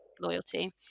loyalty